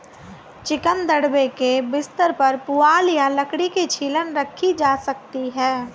chicken दड़बे के बिस्तर पर पुआल या लकड़ी की छीलन रखी जा सकती है